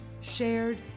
shared